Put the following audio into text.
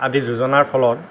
আদি যোজনাৰ ফলত